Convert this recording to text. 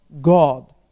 God